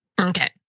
Okay